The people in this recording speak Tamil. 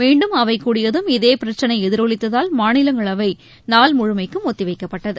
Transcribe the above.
மீண்டும் அவை கூடியதும் இதே பிரச்சினை எதிரொலித்ததால் மாநிலங்களவை நாளை வரை ஒத்திவைக்கப்பட்டது